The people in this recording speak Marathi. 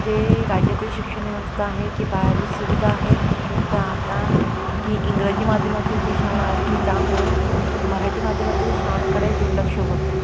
जे राज्यातील शिक्षण व्यवस्था आहे की पायाभूत सुविधा आहेत त्या आता की इंग्रजी माध्यमातील जी शाळा असतील त्यामुळे मराठी माध्यमातील शाळांकडे दुर्लक्ष होत आहे